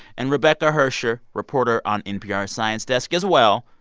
and rebecca hersher reporter on npr's science desk as well,